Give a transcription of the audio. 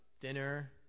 Dinner